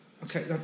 okay